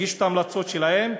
יגישו את ההמלצות שלהן,